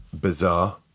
bizarre